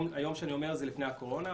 כשאני אומר היום, זה לפני הקורונה.